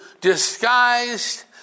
disguised